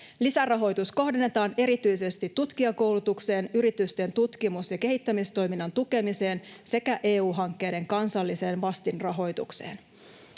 Lisärahoitus kohdennetaan erityisesti tutkijakoulutukseen, yritysten tutkimus- ja kehittämistoiminnan tukemiseen sekä EU-hankkeiden kansalliseen vastinrahoitukseen.